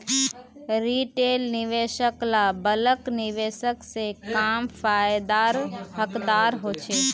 retail निवेशक ला bulk निवेशक से कम फायेदार हकदार होछे